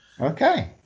Okay